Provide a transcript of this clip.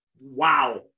wow